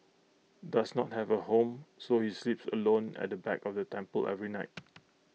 does not have A home so he sleeps alone at the back of the temple every night